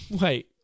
Wait